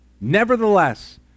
Nevertheless